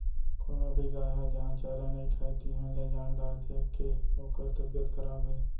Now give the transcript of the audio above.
कोनो भी गाय ह जहॉं चारा नइ खाए तिहॉं ले जान डारथें के ओकर तबियत खराब हे